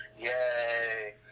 yay